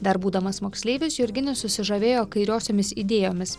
dar būdamas moksleivis jurginis susižavėjo kairiosiomis idėjomis